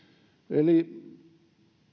eli